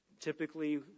typically